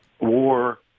war